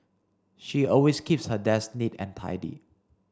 she always keeps her desk neat and tidy